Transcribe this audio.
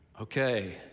okay